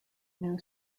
new